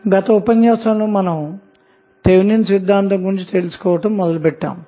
క్రిందటి ఉపన్యాసం లో మనం థెవెనిన్సిద్ధాంతం గురించి తెలుసుకోవటం మొదలు పెట్టాము